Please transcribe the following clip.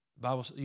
Bible